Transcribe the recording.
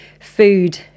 food